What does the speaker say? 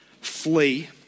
flee